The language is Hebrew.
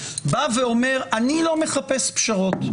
בא ואומר אני לא מחפש פשרות,